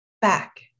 back